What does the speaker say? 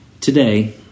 Today